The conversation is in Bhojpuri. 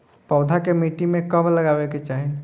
पौधा के मिट्टी में कब लगावे के चाहि?